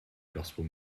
gospel